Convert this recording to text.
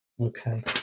Okay